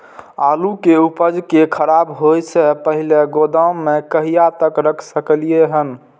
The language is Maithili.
आलु के उपज के खराब होय से पहिले गोदाम में कहिया तक रख सकलिये हन?